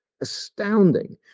astounding